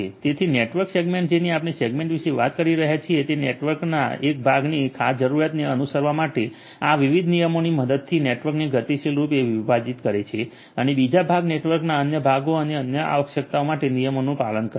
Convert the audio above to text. તેથી network segment જેની આપણે સેગમેન્ટ વિશે વાત કરી રહ્યા છીએ તે નેટવર્કના એક ભાગની ખાસ જરૂરિયાતને અનુસરવા માટે આ વિવિધ નિયમોની મદદથી નેટવર્કને ગતિશીલ રૂપે વિભાજિત કરે છે અને બીજો ભાગ નેટવર્કના અન્ય ભાગો અન્ય આવશ્યકતાઓ અને નિયમોનું પાલન કરે છે